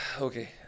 Okay